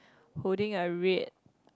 holding a red